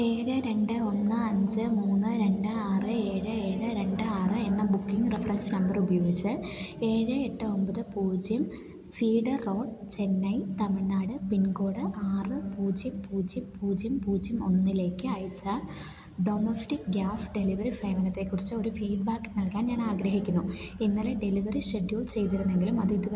ഏഴ് രണ്ട് ഒന്ന് അഞ്ച് മൂന്ന് രണ്ട് ആറ് ഏഴ് ഏഴ് രണ്ട് ആറ് എന്ന ബുക്കിംഗ് റഫറൻസ് നമ്പറ് ഉപയോഗിച്ച് ഏഴ് എട്ട് ഒമ്പത് പൂജ്യം cedar road Chennai Tamil Nadu pincode ആറ് പൂജ്യം പൂജ്യം പൂജ്യം പൂജ്യം ഒന്നിലേക്ക് അയച്ച ഡൊമസ്റ്റിക് ഗ്യാസ് ഡെലിവറി സേവനത്തെ കുറിച്ച് ഒര് ഫീഡ്ബാക്ക് നൽകാൻ ഞാൻ ആഗ്രഹിക്കുന്നു ഇന്നലെ ഡെലിവറി ഷെഡ്യൂൾ ചെയ്തിരുന്നെങ്കിലും അത് ഇതുവരെ എത്തിയിട്ടില്ല എന്നതാണ് എൻ്റെ ഫീഡ്ബാക്ക്